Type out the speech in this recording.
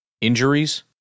injuries